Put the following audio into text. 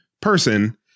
person